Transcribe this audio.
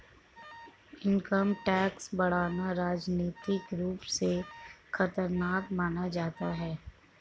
income tax बढ़ाना राजनीतिक रूप से खतरनाक माना जाता है